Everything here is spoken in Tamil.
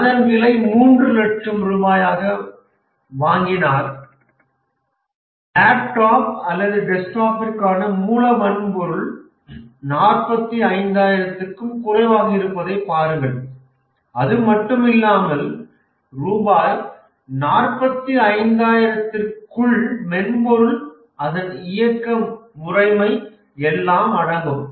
அதன் விலை 300000 ரூபாய் என வாங்கினால் லேப்டாப் அல்லது டெஸ்க்டாப்பிற்கான மூல வன்பொருள் 45000 க்கும் குறைவாக இருப்பதைப் பாருங்கள் அது மட்டுமில்லாமல் ரூபாய் 45௦௦௦த்திற்குள் மென்பொருள் அதன் இயக்க முறைமையும் எல்லாம் அடங்கும்